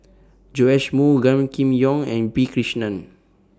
Joash Moo Gan Kim Yong and P Krishnan